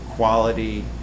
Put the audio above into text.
Quality